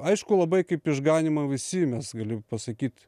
aišku labai kaip išganymą visi mes galiu pasakyt